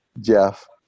Jeff